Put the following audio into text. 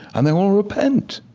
and they all repent.